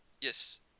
Yes